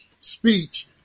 speech